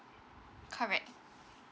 correct